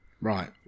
Right